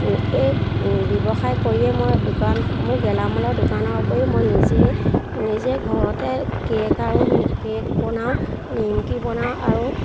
এই ব্যৱসায় কৰিয়ে মই দোকান মোৰ গেলামালৰ দোকানৰ উপৰিও মই নিজেই নিজে ঘৰতে কেক আৰু কেক বনাওঁ নিমকি বনাওঁ আৰু